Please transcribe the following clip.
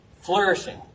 flourishing